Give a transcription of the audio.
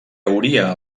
hauria